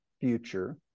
future